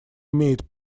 имеет